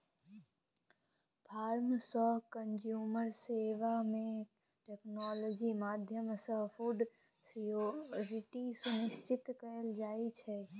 farm सँ consumer सेबा मे टेक्नोलॉजी माध्यमसँ फुड सिक्योरिटी सुनिश्चित कएल जाइत छै